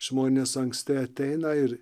žmonės anksti ateina ir